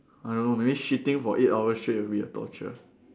I don't know maybe shitting for eight hours straight would be a torture